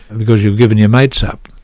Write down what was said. because you've given your mates up.